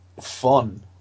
fun